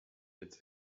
its